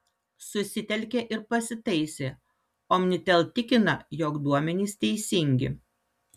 susitelkė ir pasitaisė omnitel tikina jog duomenys teisingi